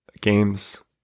games